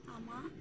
ᱟᱢᱟᱜ